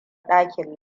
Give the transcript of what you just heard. dakin